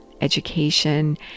education